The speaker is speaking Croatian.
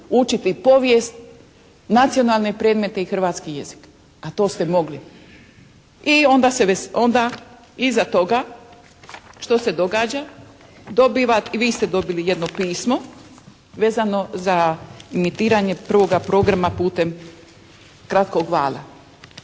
učiti povijest, nacionalne predmete i hrvatski jezik. A to ste mogli. I onda se, onda iza toga što se događa? Dobiva, vi ste dobili jedno pismo vezano za imitiranje prvoga programa putem kratkog vala.